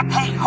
Hey